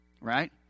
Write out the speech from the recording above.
right